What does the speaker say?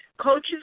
coaches